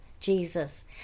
Jesus